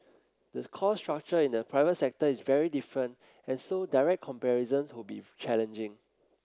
the cost structure in the private sector is very different and so direct comparisons would be challenging